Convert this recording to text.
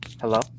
Hello